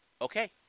okay